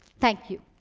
thank you.